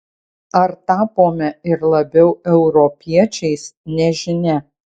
ar tapome ir labiau europiečiais nežinia